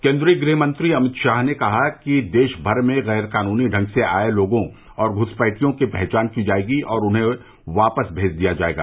केन्द्रीय गृहमंत्री अमित शाह ने कहा कि देशभर में गैर कानूनी ढंग से आये लोगों और घुसपैठियों की पहचान की जायेगी और उन्हें वापस मेज दिया जायेगा